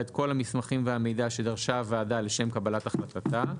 את כל המסמכים והמידע שדרשה הוועדה לשם קבלת החלטתה,